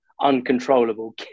uncontrollable